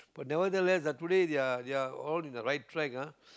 but nevertheless ah today they are they are all in the right track ah